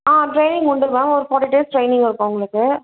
ஆ training உண்டு ma'am ஒரு forty days training இருக்கும் உங்களுக்கு